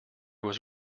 was